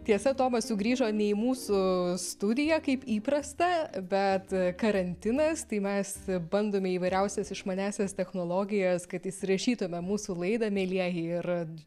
tiesa tomas sugrįžo ne į mūsų studiją kaip įprasta bet karantinas tai mes bandome įvairiausias išmaniąsias technologijas kad įsirašytume mūsų laidą mielieji ir